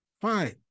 fine